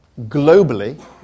globally